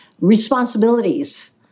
responsibilities